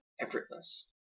effortless